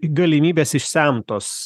galimybės išsemtos